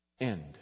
end